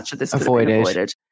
avoided